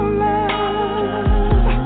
love